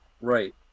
Right